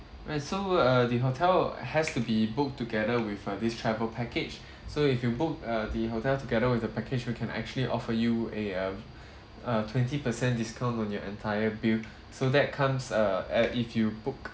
right so uh the hotel has to be booked together with uh this travel package so if you book uh the hotel together with the package we can actually offer you a uh a twenty percent discount on your entire bill so that comes err at if you book